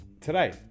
today